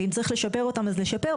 ואם צריך לשפר אותם, אז נשפר.